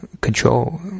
control